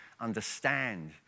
understand